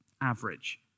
average